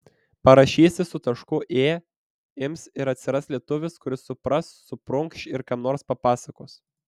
parašysi su tašku ė ims ir atsiras lietuvis kuris supras suprunkš ir kam nors papasakos